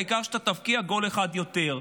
העיקר שאתה תבקיע גול אחד יותר.